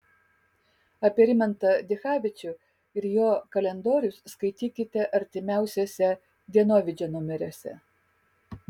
apie rimantą dichavičių ir jo kalendorius skaitykite artimiausiuose dienovidžio numeriuose